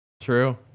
True